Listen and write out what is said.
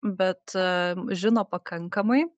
bet žino pakankamai